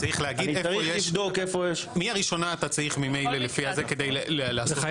אני צריך לבדוק איפה יש --- מי הראשונה אתה צריך ממילא כדי לחייב.